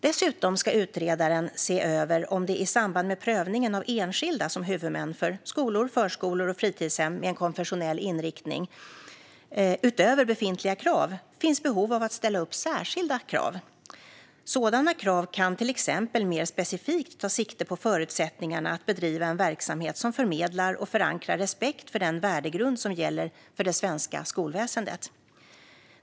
Dessutom ska utredaren se över om det i samband med prövningen av enskilda som huvudmän för skolor, förskolor och fritidshem med en konfessionell inriktning - utöver befintliga krav - finns behov av att ställa upp särskilda krav. Sådana krav kan till exempel mer specifikt ta sikte på förutsättningarna att bedriva en verksamhet som förmedlar och förankrar respekt för den värdegrund som gäller för det svenska skolväsendet.